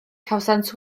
cawsant